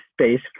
space